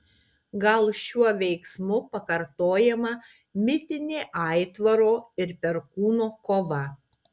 gal šiuo veiksmu pakartojama mitinė aitvaro ir perkūno kova